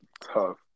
tough